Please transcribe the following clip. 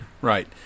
Right